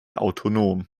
autonom